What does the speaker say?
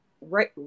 right